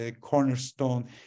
cornerstone